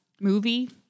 movie